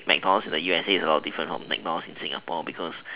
mcdonalds in the U_S_A is a lot different from the mcdonalds in singapore because